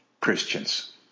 Christians